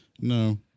No